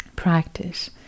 practice